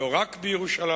לא רק בירושלים.